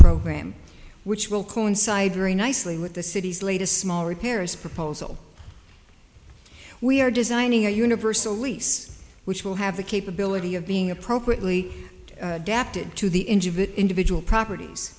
program which will coincide very nicely with the city's latest small repairs proposal we are designing a universal lease which will have the capability of being appropriately adapted to the engine individual properties